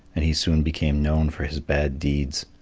and he soon became known for his bad deeds.